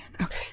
Okay